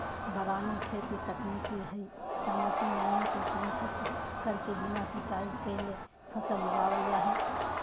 वारानी खेती तकनीक हई, सीमित नमी के संचित करके बिना सिंचाई कैले फसल उगावल जा हई